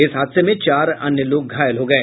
इस हादसे में चार अन्य लोग घायल हो गये